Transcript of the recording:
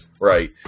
right